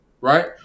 right